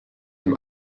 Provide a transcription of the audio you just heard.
dem